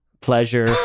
pleasure